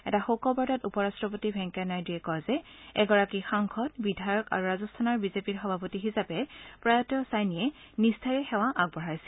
এটা শোকবাৰ্তাত উপৰাষ্টপতি ভেংকায়া নাইড়য়ে কয় যে এগৰাকী সাংসদ বিধায়ক আৰু ৰাজস্থানৰ বিজেপিৰ সভাপতি হিচাবে প্ৰয়াত চাইনিয়ে নিষ্ঠাৰে সেৱা আগবঢ়াইছিল